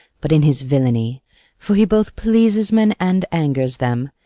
but in his villany for he both pleases men and angers them,